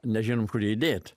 nežinom kur jį dėti